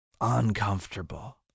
uncomfortable